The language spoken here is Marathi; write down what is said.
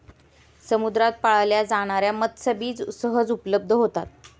समुद्रात पाळल्या जाणार्या मत्स्यबीज सहज उपलब्ध होतात